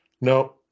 No